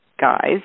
guys